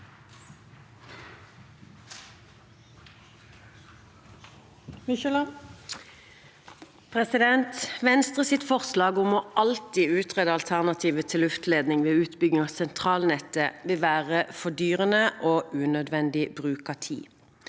Venstres for- slag om alltid å utrede alternativer til luftledning ved utbygging av sentralnettet vil være fordyrende og unødvendig bruk av tid.